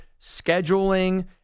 scheduling